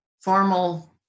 formal